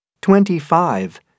twenty-five